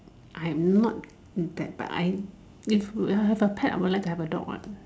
I'm not that but I if I have a pet I would like to have a dog what